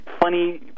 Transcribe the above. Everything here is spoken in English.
funny